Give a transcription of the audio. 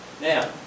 Now